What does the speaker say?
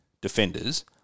defenders